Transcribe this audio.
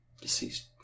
Deceased